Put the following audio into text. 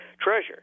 treasure